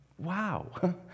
Wow